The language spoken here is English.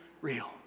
real